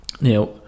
Now